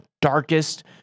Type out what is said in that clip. darkest